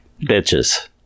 Bitches